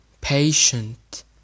patient